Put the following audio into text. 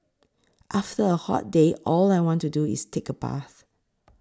after a hot day all I want to do is take a bath